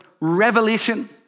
revelation